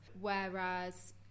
Whereas